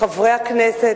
חברי הכנסת,